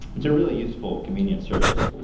it's a really useful convenient service